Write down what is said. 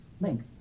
Link